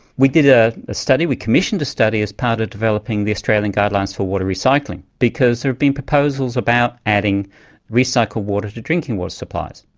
we did ah a study, we commissioned a study as part of developing the australian guidelines for water recycling because there have been proposals about adding recycled water to drinking water supplies.